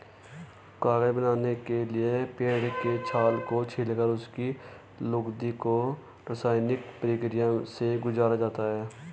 कागज बनाने के लिए पेड़ के छाल को छीलकर उसकी लुगदी को रसायनिक प्रक्रिया से गुजारा जाता है